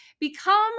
Become